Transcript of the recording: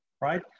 right